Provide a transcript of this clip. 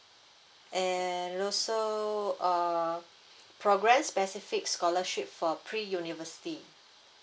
and also err progress specific scholarship for pre university